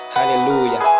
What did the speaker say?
Hallelujah